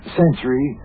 century